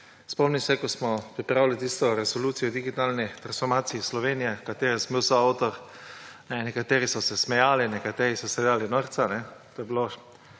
Spomnim se, ko smo pripravili tisto resolucijo o digitalni transformaciji Slovenije, katere sem bil soavtor; nekateri so se smejali, nekateri so se delali norca, to je bilo